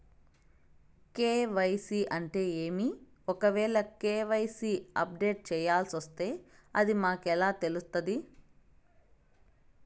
KYC అంటే ఏమి? ఒకవేల కె.వై.సి అప్డేట్ చేయాల్సొస్తే అది మాకు ఎలా తెలుస్తాది?